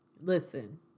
Listen